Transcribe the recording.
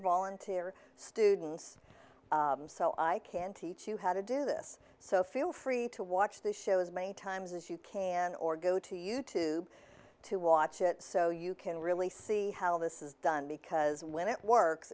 volunteer students so i can teach you how to do this so feel free to watch the show as many times as you can or go to youtube to watch it so you can really see how this is done because when it works